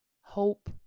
hope